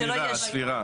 הספירה.